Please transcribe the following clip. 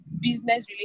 business-related